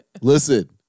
Listen